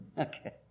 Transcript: okay